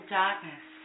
darkness